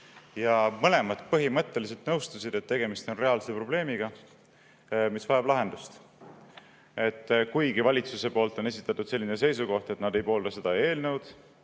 Mõlemad põhimõtteliselt nõustusid, et tegemist on reaalse probleemiga, mis vajab lahendust. Kuigi valitsuse poolt on esitatud selline seisukoht, et nad ei poolda seda eelnõu